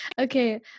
Okay